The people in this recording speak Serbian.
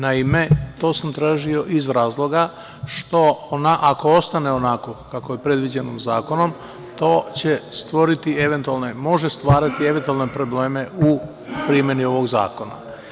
Naime, to sam tražio iz razloga ako ostane onako kako je predviđeno zakonom može stvarati eventualne probleme u primeni ovog zakona.